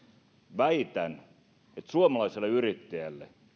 väitän että suomalaiselle yrittäjälle